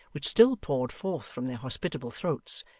which still poured forth from their hospitable throats,